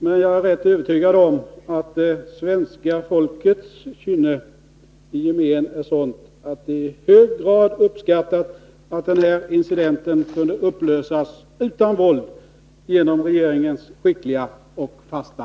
Men jag är rätt övertygad om att det svenska folkets kynne i gemen är sådant att man i hög grad uppskattade att den aktuella incidenten genom regeringens skickliga och fasta ledning kunde upplösas utan våld.